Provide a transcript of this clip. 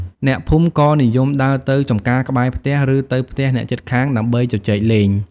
អ្នកភូមិក៏និយមដើរទៅចម្ការក្បែរផ្ទះ ឬទៅផ្ទះអ្នកជិតខាងដើម្បីជជែកលេង។